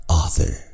author